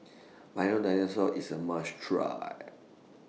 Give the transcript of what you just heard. Milo Dinosaur IS A must Try